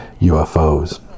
ufos